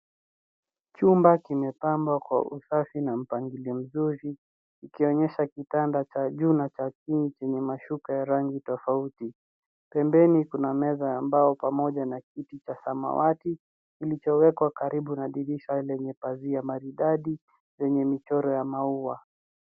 Chumba kimepambwa kwa usafi na mpangilio mzuri ikionyesha kitanda cha juu na cha chini chenye mashuka ya rangi tofauti pembeni kuna meza ya mbao pamoja na kiti cha samawati kilichowekwa karibu na dirisha yenye pazia maridadi zenye michoro ya maua.